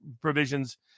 provisions